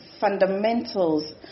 fundamentals